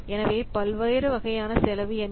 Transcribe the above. எனவே பல்வேறு வகையான செலவு என்ன